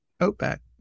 Outback